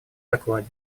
докладе